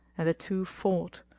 and the two fought,